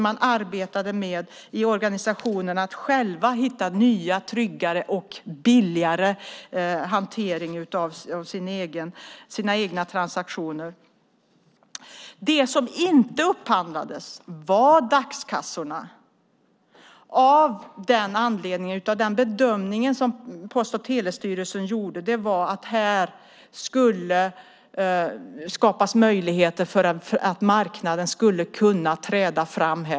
Man arbetade också själva i organisationerna med att hitta nya, trygga och billigare hanteringar av sina egna transaktioner. Det som inte upphandlades var dagskassorna. Den bedömning som Post och telestyrelsen gjorde var att det skulle skapas möjligheter för att marknaden här skulle kunna träda fram.